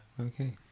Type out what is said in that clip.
Okay